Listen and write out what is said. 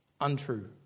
untrue